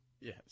Yes